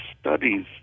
studies